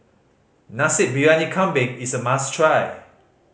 Nasi Briyani Kambing is a must try